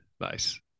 Nice